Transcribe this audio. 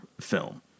film